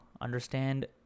understand